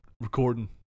Recording